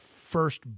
first